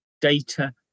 data